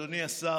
אדוני השר,